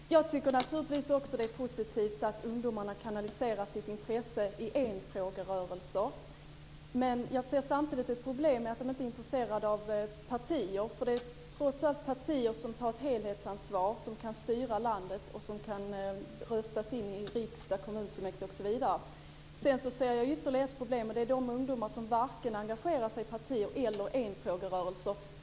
Fru talman! Också jag tycker naturligtvis att det är positivt att ungdomarna kanaliserar sitt intresse i enfrågerörelser, men jag ser samtidigt ett problem i att de inte är intresserade av partier. Det är trots allt partier som tar ett helhetsansvar, som kan styra landet och som kan röstas in i riksdag, kommunfullmäktigeförsamlingar osv. Jag ser ytterligare ett problem, nämligen de ungdomar som inte engagerar sig i vare sig partier eller enfrågerörelser.